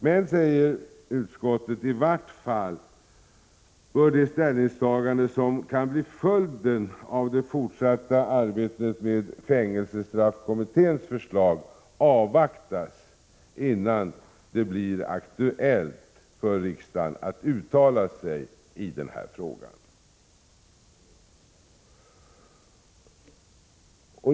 Men, säger utskottet, i vart fall bör det ställningstagande som kan bli följden av det fortsatta arbetet med fängelsestraffkommitténs förslag avvaktas innan det kan bli aktuellt för riksdagen att uttala sig i den här frågan.